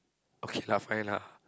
okay lah fine lah